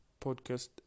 podcast